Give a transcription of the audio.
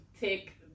take